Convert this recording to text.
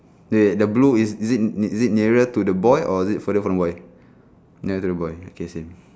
wait the blue is is it is it nearer to the boy or is it further from the boy near the boy okay same